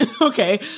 okay